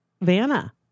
Vanna